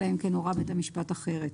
אלא אם כן הורה בית המשפט אחרת.